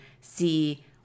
see